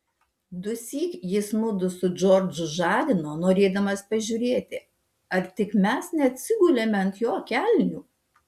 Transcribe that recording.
dusyk jis mudu su džordžu žadino norėdamas pažiūrėti ar tik mes neatsigulėme ant jo kelnių